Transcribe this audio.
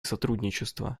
сотрудничества